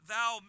Thou